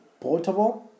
portable